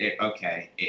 okay